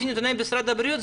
לפי נתוני משרד הבריאות,